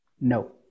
no